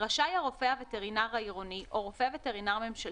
רשאי הרופא הווטרינר העירוני או רופא וטרינר ממשלתי,